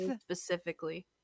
Specifically